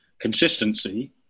consistency